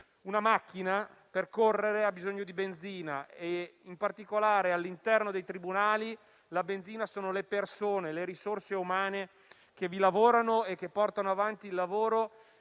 una macchina per correre ha bisogno di benzina e, in particolare, all'interno dei tribunali la benzina sono le persone, le risorse umane che vi lavoravano e che portano avanti il lavoro